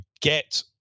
get